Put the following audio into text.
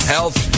Health